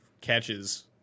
catches